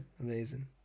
Amazing